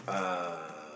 uh